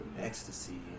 ecstasy